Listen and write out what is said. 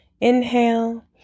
Inhale